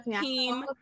team